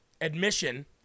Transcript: admission